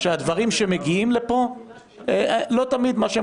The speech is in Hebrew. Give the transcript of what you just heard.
שהדברים שמגיעים לפה לא תמיד מה שהיא